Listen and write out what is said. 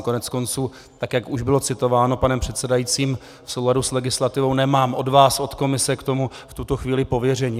Koneckonců, jak už bylo citováno panem předsedajícím v souladu s legislativou, nemám od vás, od komise, k tomu v tuto chvíli pověření.